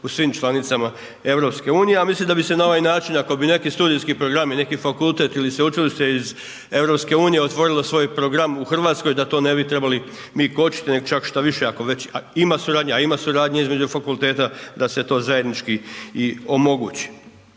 u svim članicama EU. Ja mislim da bi se na ovaj način ako bi neki studijski programi ili neki fakultet ili sveučilište iz EU otvorilo svoj program u RH da to ne bi trebali mi kočiti, nego čak šta više ako već ima suradnje, a ima suradnje između fakulteta, da se to zajednički i omogući.